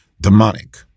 demonic